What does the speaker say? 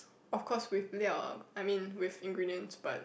of course with ah I mean with ingredients but